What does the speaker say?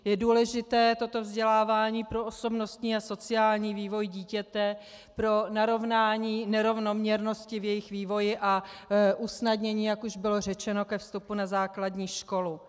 Je důležité toto vzdělávání pro osobnostní a sociální vývoj dítěte, pro narovnání nerovnoměrnosti v jejich vývoji a usnadnění, jak už bylo řečeno, ke vstupu na základní školu.